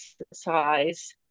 exercise